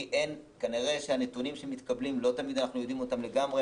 כי כנראה הנתונים שמתקבלים לא תמיד אנחנו יודעים לגמרי.